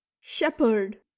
shepherd